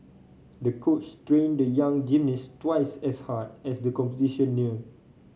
the coach trained the young gymnast twice as hard as the competition neared